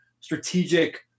strategic